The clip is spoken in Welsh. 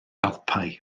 alpau